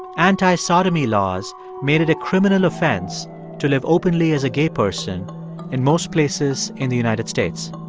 anti-sodomy laws made it a criminal offense to live openly as a gay person in most places in the united states.